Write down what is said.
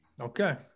Okay